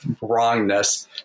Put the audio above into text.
wrongness